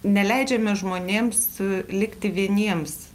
neleidžiame žmonėms likti vieniems